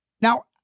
Now